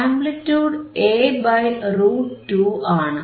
amplitude A by root 2 ആണ്